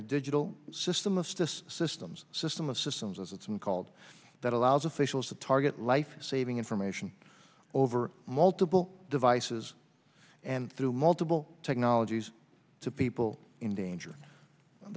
a digital system of stis systems system of systems as it's called that allows officials to target life saving information over multiple devices and through multiple technologies to people in danger